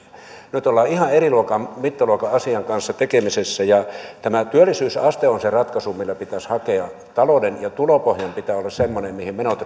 nyt ollaan ihan eri mittaluokan asian kanssa tekemisissä ja tämä työllisyysaste on se ratkaisu millä pitäisi hakea talouden ja tulopohjan pitää olla semmoinen mihin menot